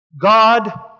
God